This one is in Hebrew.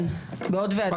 כן, בעוד וועדה.